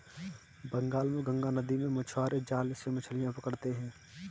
बंगाल में गंगा नदी में मछुआरे जाल से मछलियां पकड़ते हैं